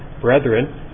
brethren